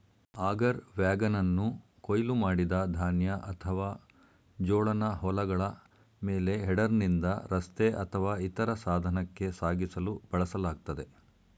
auger ವ್ಯಾಗನನ್ನು ಕೊಯ್ಲು ಮಾಡಿದ ಧಾನ್ಯ ಅಥವಾ ಜೋಳನ ಹೊಲಗಳ ಮೇಲೆ ಹೆಡರ್ನಿಂದ ರಸ್ತೆ ಅಥವಾ ಇತರ ಸಾಧನಕ್ಕೆ ಸಾಗಿಸಲು ಬಳಸಲಾಗ್ತದೆ